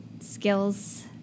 skills